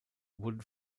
wurden